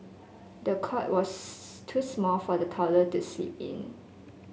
the cot was too small for the toddler to sleep in